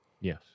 Yes